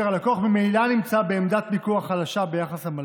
הלקוח ממילא נמצא בעמדת מיקוח חלשה ביחס למלווה.